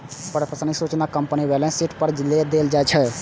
परिसंपत्तिक सूचना कंपनीक बैलेंस शीट पर देल जाइ छै